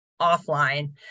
offline